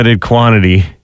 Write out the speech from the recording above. quantity